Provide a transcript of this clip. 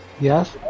Yes